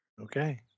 okay